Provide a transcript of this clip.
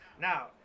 Now